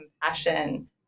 compassion